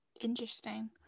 Interesting